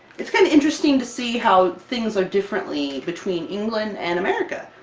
it's kinda interesting to see how things are differently between england and america!